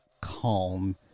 calm